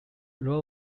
row